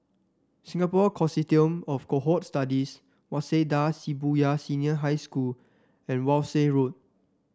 Singapore Consortium of Cohort Studies Waseda Shibuya Senior High School and Walshe Road